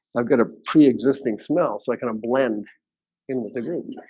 i've got a pre-existing smell so i kind of blend in with the game